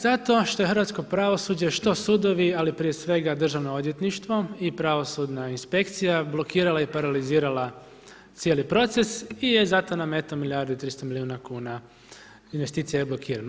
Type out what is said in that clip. Zato što je hrvatsko pravosuđe, što sudovi, ali prije svega Državno odvjetništvo i pravosudna inspekcija blokirala i paralizirala cijeli proces i je, zato nam eto milijardi i 300 milijuna kuna, investicija je blokirano.